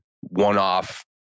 one-off